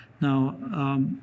Now